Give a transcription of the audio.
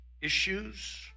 issues